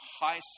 high